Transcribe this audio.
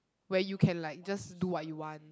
where you can like just do what you want